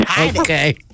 Okay